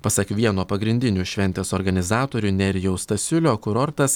pasak vieno pagrindinių šventės organizatorių nerijaus stasiulio kurortas